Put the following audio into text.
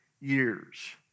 years